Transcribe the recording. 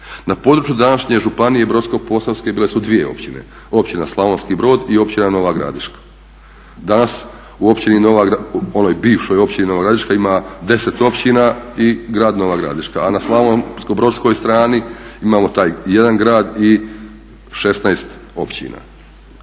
Na području današnje Županije i Brodsko-posavske bile su 2 općine, Općina Slavonski brod i Općina Nova Gradiška. Danas u općini Nova Gradiška, onoj bivšoj općini Nova Gradiška ima 10 općina i grad Nova Gradiška. A na slavonsko-brodskoj strani imamo taj jedan grad i 16 općina.